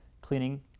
cleaning